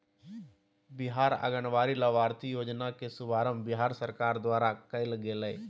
बिहार आंगनबाड़ी लाभार्थी योजना के शुभारम्भ बिहार सरकार द्वारा कइल गेलय